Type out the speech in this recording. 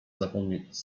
zapomnieć